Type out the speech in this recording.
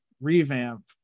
revamp